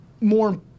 More